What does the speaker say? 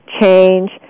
change